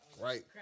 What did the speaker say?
Right